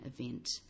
event